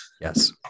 Yes